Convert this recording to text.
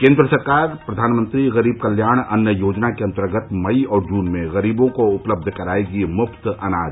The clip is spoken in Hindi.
केंद्र सरकार प्रधानमंत्री गरीब कल्याण अन्न योजना के अन्तर्गत मई और जून में गरीबों को उपलब्ध करायेगी मुफ्त अनाज